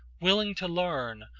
willing to learn,